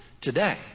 today